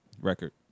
record